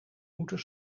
moeten